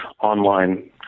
online